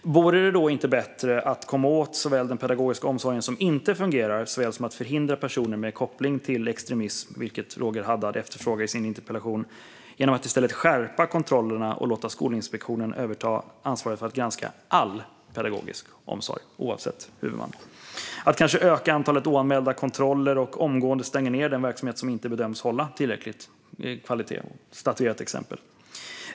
Vore det då inte bättre att både komma åt den pedagogiska omsorg som inte fungerar och förhindra personer med koppling till extremism, vilket Roger Haddad efterfrågar i sin interpellation, genom att i stället skärpa kontrollerna och låta Skolinspektionen överta ansvaret för att granska all pedagogisk omsorg, oavsett huvudman? Man skulle kanske öka antalet oanmälda kontroller och omgående stänga den verksamhet som inte bedöms hålla tillräcklig kvalitet och statuera ett exempel.